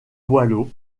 boileau